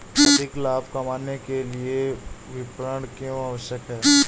अधिक लाभ कमाने के लिए विपणन क्यो आवश्यक है?